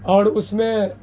اور اس میں